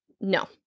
No